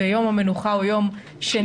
ויום המנוחה הוא יום שני,